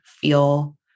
feel